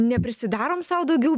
neprisidarom sau daugiau